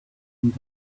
and